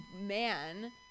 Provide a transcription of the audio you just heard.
man